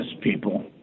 people